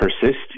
persist